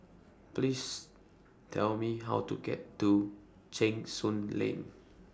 Please Tell Me How to get to Cheng Soon Lane